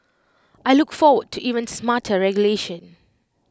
I look forward to even smarter regulation